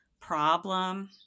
problem